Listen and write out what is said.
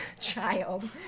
child